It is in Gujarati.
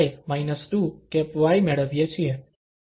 તો આપણે iαy 2 y મેળવીએ છીએ